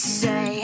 say